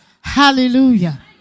Hallelujah